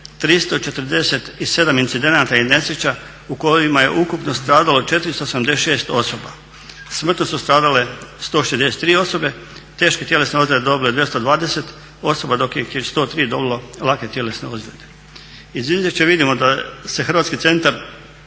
347 incidenata i nesreća u kojima je ukupno stradalo 486 osoba. Smrtno su stradale 163 osobe, teške tjelesne ozljede dobilo je 220 osoba dok ih je 103 dobili lake tjelesne ozljede. Iz izvješća vidimo da se Hrvatski centar